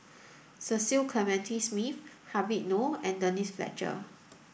Cecil Clementi Smith Habib Noh and Denise Fletcher